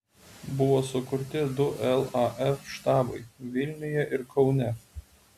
buvo sukurti du laf štabai vilniuje ir kaune